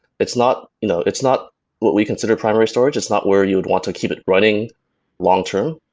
it's not you know it's not what we consider primary storage. it's not where you'd want to keep it running long-term,